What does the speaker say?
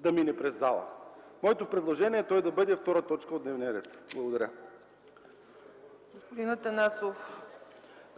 да мине през залата? Моето предложение е той да бъде т. 2 в дневния ред. Благодаря. ПРЕДСЕДАТЕЛ ЦЕЦКА ЦАЧЕВА: Господин Атанасов,